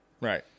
right